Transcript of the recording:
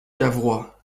cavrois